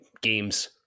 games